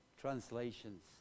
translations